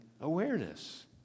awareness